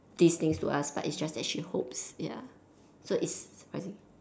these things to us but it's just that she hope ya so it's surprising